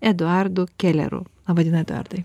eduardu keleru laba diena eduardai